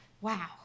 Wow